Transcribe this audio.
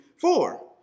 four